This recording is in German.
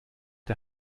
der